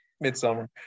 Midsummer